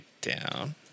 down